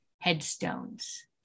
headstones